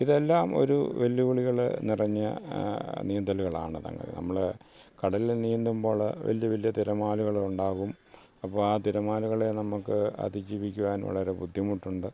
ഇതെല്ലാം ഒരു വെല്ലുവിളികൾ നിറഞ്ഞ നീന്തലുകളാണ് സംഗതി നമ്മൾ കടലിൽ നീന്തുമ്പോൾ വലിയ വലിയ തിരമാലകളുണ്ടാകും അപ്പോൾ ആ തിരമാലകളെ നമുക്ക് അതിജീവിക്കുവാൻ വളരെ ബുദ്ധിമുട്ടുണ്ട്